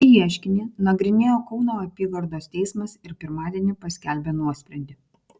šį ieškinį nagrinėjo kauno apygardos teismas ir pirmadienį paskelbė nuosprendį